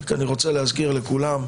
אני רוצה להזכיר לכולם,